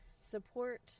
support